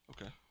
Okay